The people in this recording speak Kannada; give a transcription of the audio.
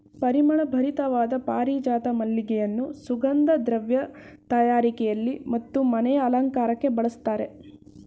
ಪರಿಮಳ ಭರಿತವಾದ ಪಾರಿಜಾತ ಮಲ್ಲಿಗೆಯನ್ನು ಸುಗಂಧ ದ್ರವ್ಯ ತಯಾರಿಕೆಯಲ್ಲಿ ಮತ್ತು ಮನೆಯ ಅಲಂಕಾರಕ್ಕೆ ಬಳಸ್ತರೆ